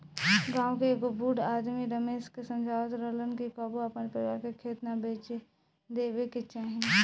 गांव के एगो बूढ़ आदमी रमेश के समझावत रहलन कि कबो आपन परिवार के खेत ना बेचे देबे के चाही